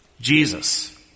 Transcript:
Jesus